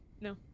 No